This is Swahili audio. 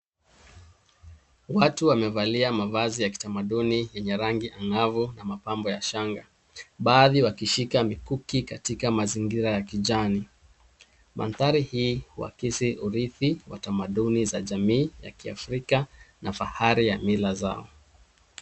Watu wamevalia mavazi ya kitamaduni yenye rangi angavu na mapambo ya shanga, baadhi wakishika mikuki katika mazingira ya kijani. Mandhari hii huakisi urithi wa tamaduni za jamii ya kiafrika na fahari ya mila zao.